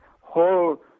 whole